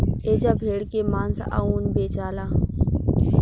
एजा भेड़ के मांस आ ऊन बेचाला